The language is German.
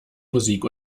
musik